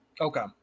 okay